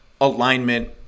alignment